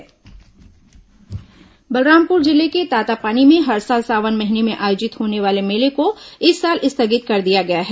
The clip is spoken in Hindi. सावन मेला बलरामपुर जिले के तातापानी में हर साल सावन महीने में आयोजित होने वाले मेले को इस साल स्थगित कर दिया गया है